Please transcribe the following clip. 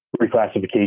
reclassification